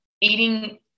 eating